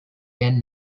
and